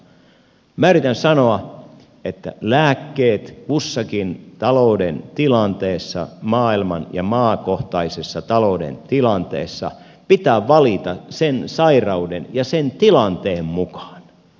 minä yritän sanoa että lääkkeet kussakin talouden tilanteessa maailman ja maakohtaisessa talouden tilanteessa pitää valita sen sairauden ja sen tilanteen mukaan